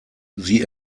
sie